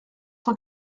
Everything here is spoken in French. cent